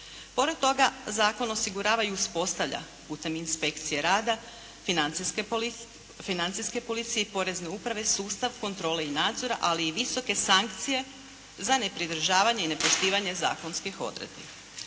Pored toga, zakon osigurava i uspostavlja putem inspekcije rada financijske policije i porezne uprave sustav kontrole i nadzora, ali i visoke sankcije za nepridržavanje i nepoštivanje zakonskih odredbi.